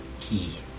key